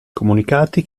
comunicati